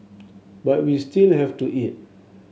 but we still have to eat